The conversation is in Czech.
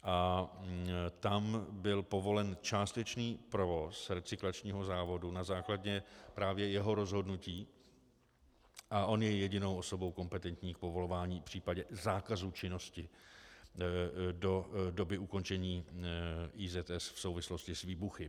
A tam byl povolen částečný provoz recyklačního závodu na základě právě jeho rozhodnutí a on je jedinou osobou kompetentní k povolování, případně zákazu činnosti do doby ukončení IZS v souvislosti s výbuchy.